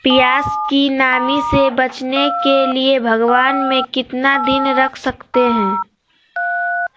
प्यास की नामी से बचने के लिए भगवान में कितना दिन रख सकते हैं?